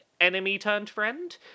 enemy-turned-friend